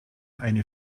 eine